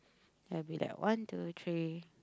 there'll be like one two three